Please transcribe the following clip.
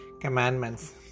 commandments